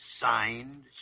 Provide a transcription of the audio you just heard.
Signed